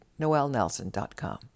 noelnelson.com